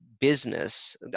business